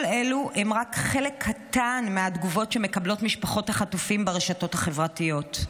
כל אלו הם רק חלק קטן מהתגובות שמקבלות משפחות החטופים ברשתות החברתיות.